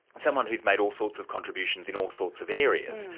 someone who's made all sorts of contributions in all sorts of areas.